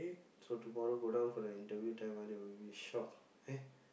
so tomorrow go down for the interview then they will be shocked eh